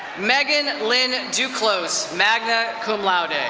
megan lynn duclose, magna cum laude.